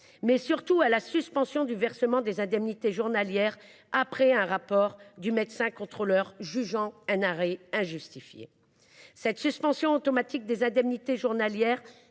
pense surtout à la suspension du versement des indemnités journalières après un rapport du médecin contrôleur jugeant un arrêt injustifié. Cette suspension automatique des indemnités journalières